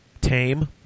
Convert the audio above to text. tame